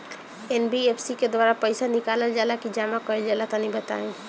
NBFC के द्वारा पईसा निकालल जला की जमा कइल जला तनि बताई?